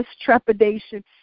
trepidation